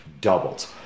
doubled